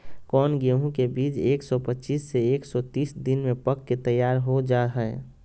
कौन गेंहू के बीज एक सौ पच्चीस से एक सौ तीस दिन में पक के तैयार हो जा हाय?